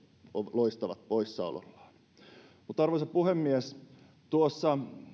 loistavat poissaolollaan arvoisa puhemies tuosta